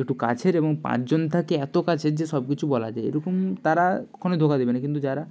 একটু কাছের এবং পাঁচজন থাকে এত কাছের যে সব কিছু বলা যায় এরকম তারা কখনোই ধোঁকা দেবে না কিন্তু যারা